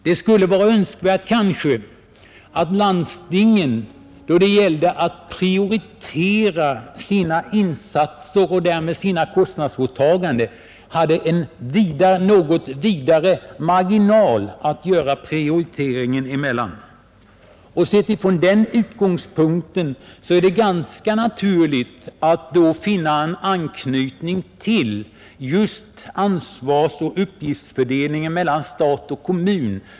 Det skulle kanske vara önskvärt att landstingen då det gäller att prioritera sina insatser och därmed sina kostnadsåtaganden hade en något vidare marginal att röra sig inom. Sett från den utgångspunkten och så som direktiven för länsberedningen är utformade är det ganska naturligt att man anknyter till ansvarsoch uppgiftsfördelningen mellan stat och kommun.